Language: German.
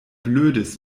blödes